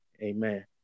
Amen